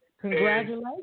Congratulations